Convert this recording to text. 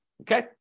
okay